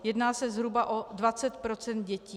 Jedná se zhruba o 20 % dětí.